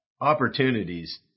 opportunities